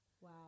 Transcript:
Wow